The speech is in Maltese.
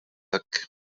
hekk